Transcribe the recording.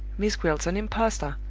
miss gwilt's an impostor!